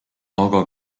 aga